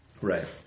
Right